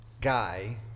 guy